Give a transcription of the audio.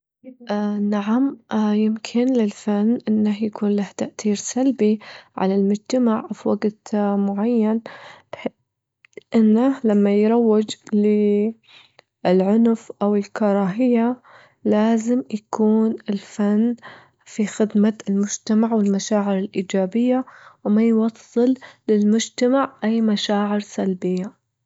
نعم، يمكن للفن إنه يكون له تأثير سلبي على المجتمع في وقت معين، إنه لما يروج للعنف أو الكراهية، لازم يكون الفن في خدمة المجتمع والمشاعر الإيجابية وما يوصل للمجتمع مشاعر سلبية.